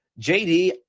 JD